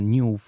New